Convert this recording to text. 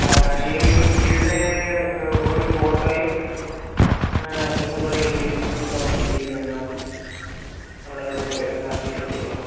ആ അതിനുവേണ്ടി കുട്ടികളുടെ ഒരു ഫോട്ടോയും അഡ്രസും കൂടി എഴുതിയൊരു ഇതാക്കി ഫില്ല് ചെയ്തുതന്നാൽ മതി നമ്മളത് കറക്റ്റ് ചെയ്തോളാം